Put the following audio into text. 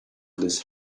this